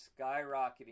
skyrocketing